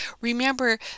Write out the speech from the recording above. Remember